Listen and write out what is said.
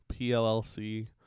PLLC